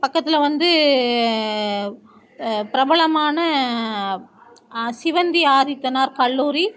பக்கத்தில் வந்து பிரபலமான சிவந்தி ஆதித்தனார் கல்லூரி